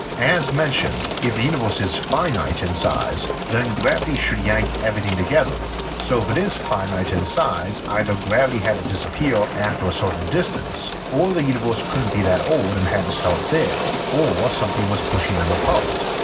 as mentioned, if the universe is finite in size then gravity should yank everything together, so if it is finite in size either gravity had to disappear after a certain distance, or the universe couldn't be that old and had to start big, or something was pushing them apart.